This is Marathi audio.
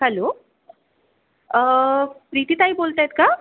हॅलो प्रीतीताई बोलत आहेत का